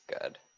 good